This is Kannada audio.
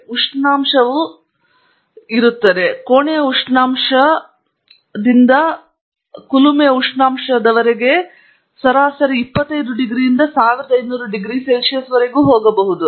ಮತ್ತು ಉಷ್ಣಾಂಶವು ತಾಪಮಾನದಲ್ಲಿರುತ್ತದೆ ಕೋಣೆಯ ಉಷ್ಣಾಂಶದಿಂದ 1000 ಡಿಗ್ರಿ ಸಿ 1500 ಡಿಗ್ರಿ ಸಿ ವರೆಗೆ ಹೋಗುತ್ತದೆ